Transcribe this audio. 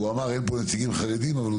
הוא אמר שאין פה נציגים חרדים, אבל הוא